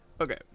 Okay